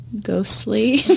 Ghostly